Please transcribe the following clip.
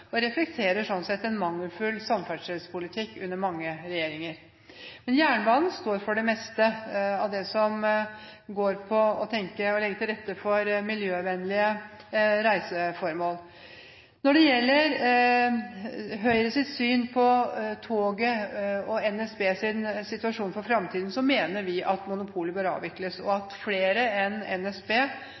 og reflekterer sånn sett en mangelfull samferdselspolitikk under mange regjeringer. Men jernbanen står for det meste av det som går på å legge til rette for miljøvennlige reisemåter. Når det gjelder Høyres syn på toget og NSBs situasjon for fremtiden, mener vi at monopolet bør avvikles, og at flere enn NSB